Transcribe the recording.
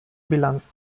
bilanz